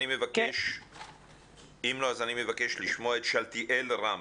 אני מבקש לשמוע את שאלתיאל רם,